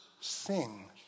sing